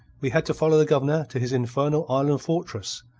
we had to follow the governor to his infernal island fortress,